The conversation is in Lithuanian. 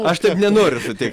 aš nenoriu sutinkt